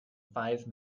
five